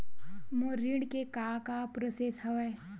मोर ऋण के का का प्रोसेस हवय?